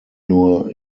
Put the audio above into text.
nur